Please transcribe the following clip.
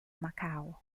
macau